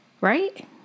right